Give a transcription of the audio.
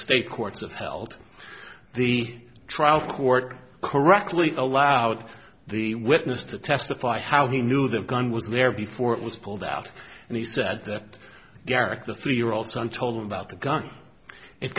state courts have held the trial court correctly allowed the witness to testify how he knew the gun was there before it was pulled out and he said that garak the three year old son told him about the gun it